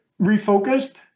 refocused